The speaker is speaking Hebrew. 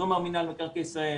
זה אומר מנהל מקרקעי ישראל,